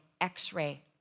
x-ray